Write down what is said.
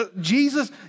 Jesus